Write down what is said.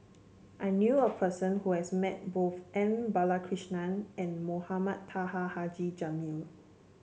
I knew a person who has met both M Balakrishnan and Mohamed Taha Haji Jamil